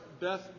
Beth